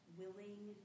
willing